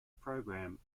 program